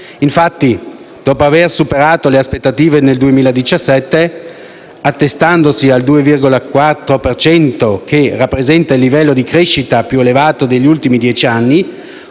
infatti, dopo aver superato le aspettative nel 2017, attestandosi al 2,4 per cento, che rappresenta il livello di crescita più elevato degli ultimi dieci anni,